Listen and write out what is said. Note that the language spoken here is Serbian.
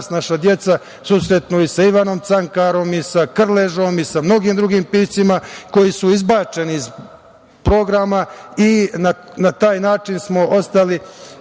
naša deca susretnu sa Ivanom Cankarom i sa Krležom i sa mnogim drugim piscima koji su izbačeni iz programa i na taj način smo ostali,